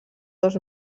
dos